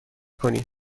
کنی